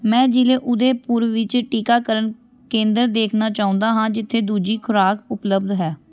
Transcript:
ਮੈਂ ਜ਼ਿਲ੍ਹੇ ਉਦੈਪੁਰ ਵਿੱਚ ਟੀਕਾਕਰਨ ਕੇਂਦਰ ਦੇਖਣਾ ਚਾਹੁੰਦਾ ਹਾਂ ਜਿੱਥੇ ਦੂਜੀ ਖੁਰਾਕ ਉਪਲਬਧ ਹੈ